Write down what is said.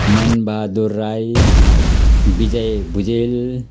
Manbahadur Rai Vijay Bhujel